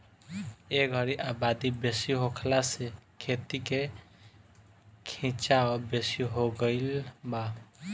ए घरी आबादी बेसी होखला से खेती के खीचाव बेसी हो गई बा